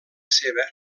seva